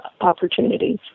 opportunities